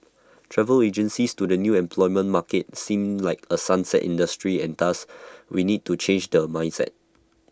travel agencies to the new employment market seem like A 'sunset' industry and thus we need to change their mindset